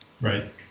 Right